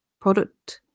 product